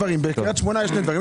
בקריית שמונה יש שני דברים.